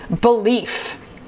belief